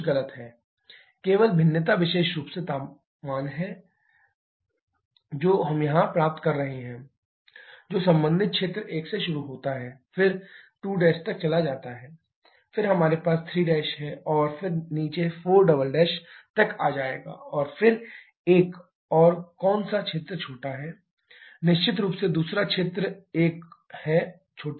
WnetFA area 1 2 3 4 1 केवल भिन्नता विशेष रूप से तापमान है जो हम यहां प्राप्त कर रहे हैं जो संबंधित क्षेत्र 1 से शुरू होता है फिर 2 तक चला जाता है फिर हमारे पास 3 है और फिर नीचे 4 तक आ जाएगा और फिर 1 और कौन सा क्षेत्र छोटा है निश्चित रूप से दूसरा क्षेत्र एक है थोड़ा छोटा